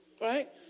Right